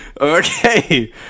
Okay